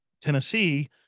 Tennessee